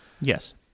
Yes